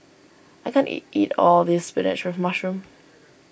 I can't eat all of this Spinach with Mushroom